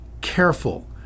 careful